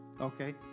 okay